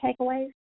takeaways